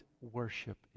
worship